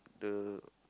the